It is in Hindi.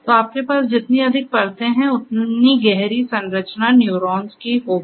तो आपके पास जितनी अधिक परतें हैं उतनी गहरी संरचना न्यूरॉन्स की होगी